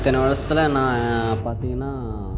இத்தனை வருடத்தில் நான் பார்த்தீங்கன்னா